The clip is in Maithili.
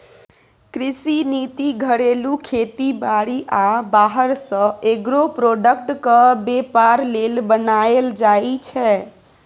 कृषि नीति घरेलू खेती बारी आ बाहर सँ एग्रो प्रोडक्टक बेपार लेल बनाएल जाइ छै